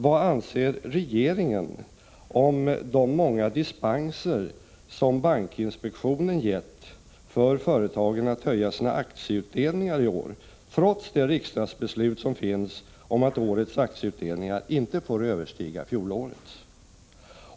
Vad anser regeringen om de många dispenser som bankinspektionen gett för företagen att höja sina aktieutdelningar i år, trots det riksdagsbeslut som finns om att årets aktieutdelningar inte får överstiga fjolårets?